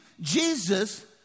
Jesus